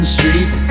Street